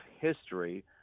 history